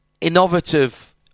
innovative